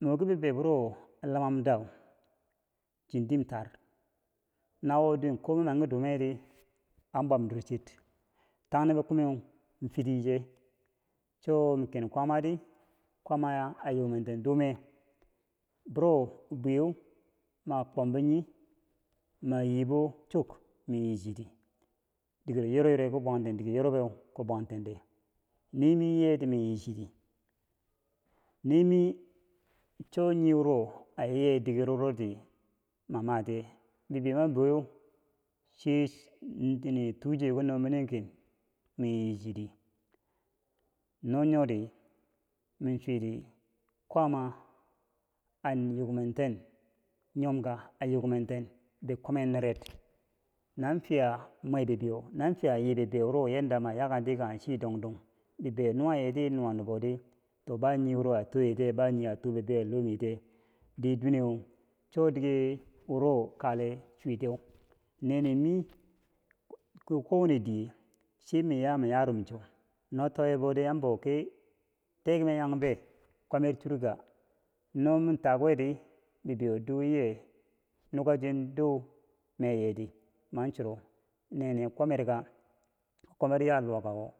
nubo ki bibuyo wuro labanye da chi dimi tari nawo duwe ko man manki dumeri an bwan dirche tanibon kume in fitiche cho ma ken kwaamati kwaami a yomenten dume biro ki bwiye ma kwamboo nyii ma yibe chok ma yichiti diker yoryore kom bwaten dikero yorbe kom bwatende nemi yiyeti ma yichiti nemi cho niwuro a yiye digerowo di ma matiye bibeyou ma boowe chiya tuche ki no minen ken miyachiti nonyo mi chwiti kwaama a yokmenten nyomka a yokmenten a yokmenten bikwan nere na fiya mwe bibeyo biro yarda ma yakenti kanghe chi dongdong bibeyo nuwayeti nuwanuboti to ba niwu a toye tiye ba niwo atoo bibeyo lohmitiye cho dike wurokale chutiye nenemilaa kowane diye yaman yarum cho no tuyebon dir an bou tekume yanfe kwamer churki no ma takuweri bibeyo do yayiye nukache do meyeti man chiro nene kwamereka, kwame yaya luwakako